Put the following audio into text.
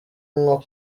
nko